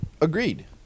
Agreed